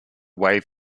wave